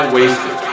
wasted